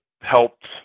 helped